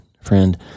Friend